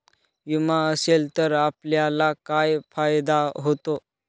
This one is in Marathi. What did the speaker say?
विमा असेल तर आपल्याला काय फायदा होतो?